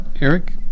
eric